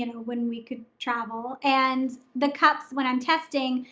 and when we could travel and the cups when i'm testing,